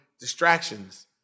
distractions